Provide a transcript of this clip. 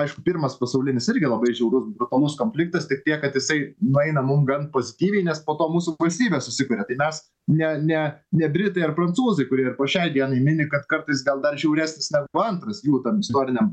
aišku pirmas pasaulinis irgi labai žiaurus brutalus konfliktas tik tiek kad jisai nueina mum gan pozityviai nes po to mūsų valstybė susikuria tai mes ne ne ne britai ar prancūzai kurie ir po šiai dienai mini kad kartais gal dar žiauresnis negu antras jų tam istoriniam